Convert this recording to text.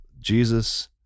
jesus